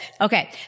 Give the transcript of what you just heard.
Okay